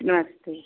नमस्ते